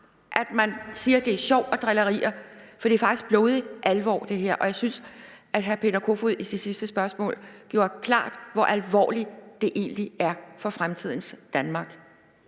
at man siger, det er sjov og drillerier, for det er faktisk blodig alvor, det her. Og jeg synes, at hr. Peter Kofod i sit sidste spørgsmål gjorde det klart, hvor alvorligt det egentlig er for fremtidens Danmark.